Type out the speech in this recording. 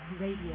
Radio